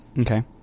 Okay